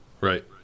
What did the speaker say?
right